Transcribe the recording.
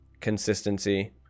consistency